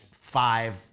five